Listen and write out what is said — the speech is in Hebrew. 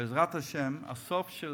בעזרת השם, הסוף של